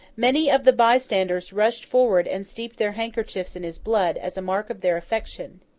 many of the bystanders rushed forward and steeped their handkerchiefs in his blood, as a mark of their affection.